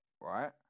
right